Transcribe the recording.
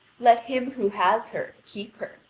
let him who has her keep her.